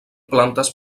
plantes